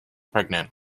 pregnant